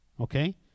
okay